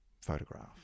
photograph